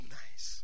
nice